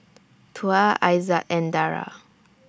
Tuah Aizat and Dara